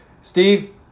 Steve